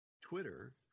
Twitter